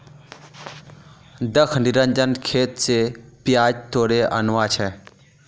दख निरंजन खेत स प्याज तोड़े आनवा छै